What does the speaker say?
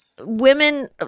women